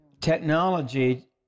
technology